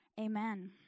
Amen